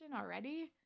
already